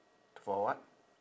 for what